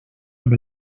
amb